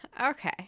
Okay